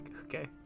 Okay